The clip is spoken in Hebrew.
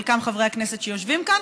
חלקם חברי הכנסת שיושבים כאן,